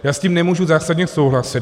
Já s tím nemůžu zásadně souhlasit.